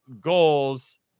goals